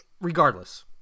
regardless